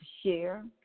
share